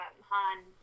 Han